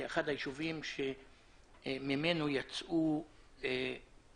שהוא אחד הישובים ממנו יצא מודל